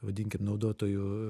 vadinkim naudotojų